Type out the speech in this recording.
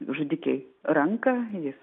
žudikei ranką jis